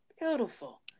Beautiful